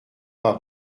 par